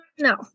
no